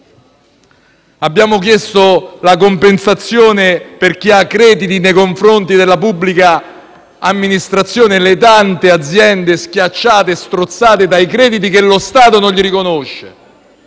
abbiamo chiesto la compensazione per chi ha crediti nei confronti della pubblica amministrazione, le tante aziende schiacciate, strozzate dai crediti che lo Stato non gli riconosce;